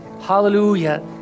hallelujah